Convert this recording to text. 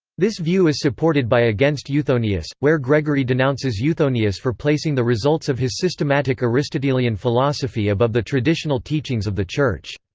this view is supported by against euthonius, where gregory denounces euthonius for placing the results of his systematic aristotelean philosophy above the traditional teachings of the church.